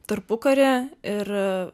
tarpukarį ir